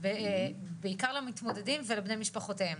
בעיקר למתמודדים ולבני משפחותיהם.